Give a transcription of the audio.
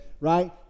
right